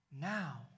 now